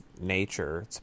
nature